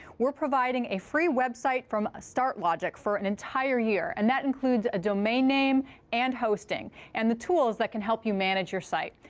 we're providing a free website from ah startlogic for an entire year. and that includes a domain name and hosting and the tools that can help you manage your site,